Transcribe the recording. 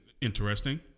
interesting